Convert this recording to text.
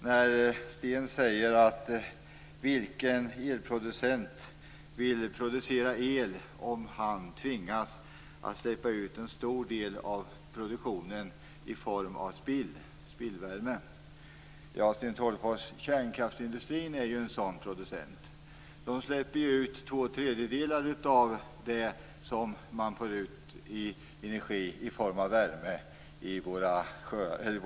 När Sten Tolgfors säger: Vilken elproducent vill producera el om han tvingas att släppa ut en stor del av produktionen i form av spillvärme? Ja, Sten Tolgfors, kärnkraftsindustrin är ju en sådan producent. Den släpper ju ut två tredjedelar av det den får ut av energi i form av värme i våra hav.